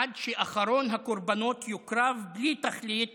עד שאחרון הקורבנות יוקרב בלי תכלית